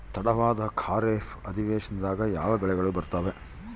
ತಡವಾದ ಖಾರೇಫ್ ಅಧಿವೇಶನದಾಗ ಯಾವ ಬೆಳೆಗಳು ಬರ್ತಾವೆ?